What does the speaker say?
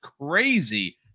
crazy